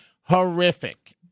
Horrific